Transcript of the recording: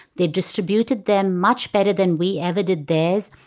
they distributed them much better than we ever did theirs.